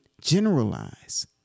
generalize